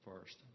first